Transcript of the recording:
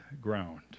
ground